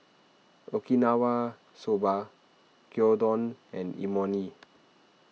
Okinawa Soba Gyudon and Imoni